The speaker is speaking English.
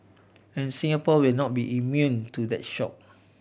and Singapore will not be immune to that shock